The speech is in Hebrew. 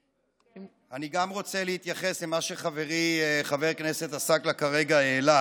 אני גם רוצה להתייחס למה שחברי חבר הכנסת עסאקלה כרגע העלה